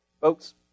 Folks